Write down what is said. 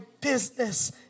business